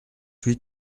huit